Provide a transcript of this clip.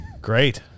Great